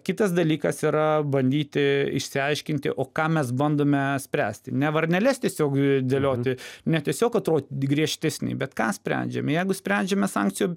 kitas dalykas yra bandyti išsiaiškinti o ką mes bandome spręsti ne varneles tiesiog dėlioti ne tiesiog atrodo griežtesni bet ką sprendžiam jeigu sprendžiame sankcijų